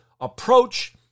approach